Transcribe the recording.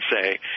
say